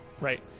Right